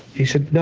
he said,